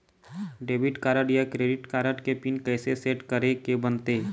Debit card या credit card के PIN कइसे सेट करे के बनते?